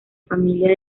familia